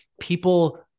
people